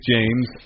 James